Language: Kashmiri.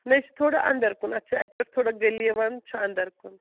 نہَ یہِ چھُ تھوڑا اَنٛدَر کُن اَتھ چھُ اَتہِ پٮ۪ٹھ تھوڑا گٔلی یِوان چھُ انٛدر کُن